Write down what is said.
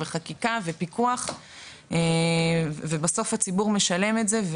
חקיקה ופיקוח ובסוף הציבור משלם את זה,